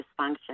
dysfunction